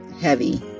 heavy